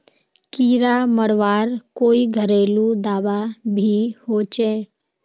कीड़ा मरवार कोई घरेलू दाबा भी होचए?